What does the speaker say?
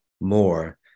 more